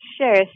Sure